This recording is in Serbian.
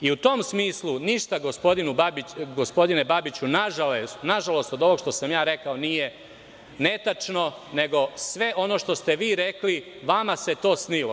I u tom smislu ništa gospodine Babiću, na žalost od ovog što sam ja rekao nije netačno, nego sve ono što ste vi rekli vama se to snilo.